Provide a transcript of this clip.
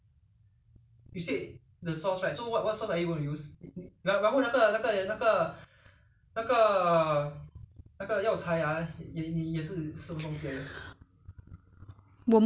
我们闷肉通常是用那个五香 lor 用那个五香的五香粉就是 five spice powder I used the five spice powder to